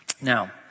Now